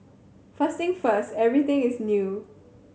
first thing first everything is new